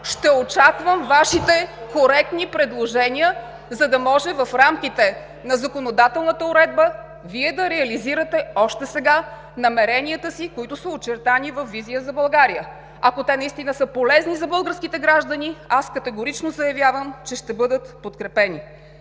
Ще очаквам Вашите коректни предложения, за да може в рамките на законодателната уредба Вие да реализирате още сега намеренията си, които са очертани във „Визия за България“. Ако те наистина са полезни за българските граждани, аз категорично заявявам, че ще бъдат подкрепени.